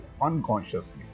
unconsciously